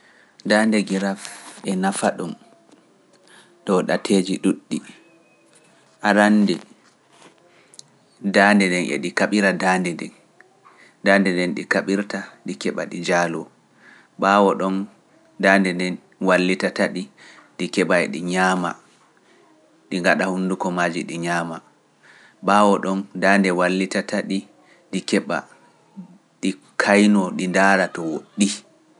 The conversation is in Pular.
Daande giraf e nafa ɗon to ɗateeji ɗuuɗɗi. Arannde daande nden e ɗi kaɓira daande nden. Daande nden ɗi kaɓirta, ɗi keɓa, ɗi njaaluo. Baawo ɗon, daande nden wallitata ɗi, ɗi keɓa, ɗi ñaama, ɗi ngaɗa hunduko maaji, ɗi ñaama. Baawo ɗon, daande wallitata ɗi, ɗi keɓa, ɗi kaynoo, ɗi ndaara to woɗɗi.